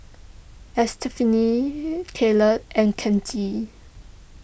Estefani Kayley and Kenji